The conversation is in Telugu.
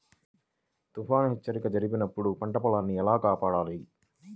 తుఫాను హెచ్చరిక జరిపినప్పుడు పంట పొలాన్ని ఎలా కాపాడాలి?